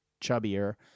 chubbier